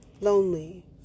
lonely